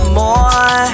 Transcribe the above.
more